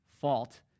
fault